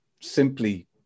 simply